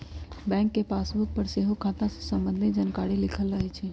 bank के passbook पर सेहो खता से संबंधित जानकारी लिखल रहै छइ